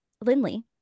Lindley